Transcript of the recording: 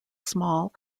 small